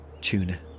tuna